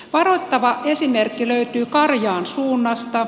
varoittava esimerkki löytyy karjaan suunnasta